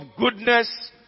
goodness